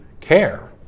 care